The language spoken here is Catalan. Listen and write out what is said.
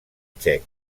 txec